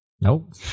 Nope